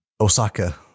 Osaka